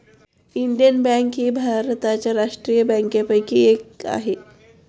Indian bank ही भारताच्या राष्ट्रीय बँकांपैकी एक आहे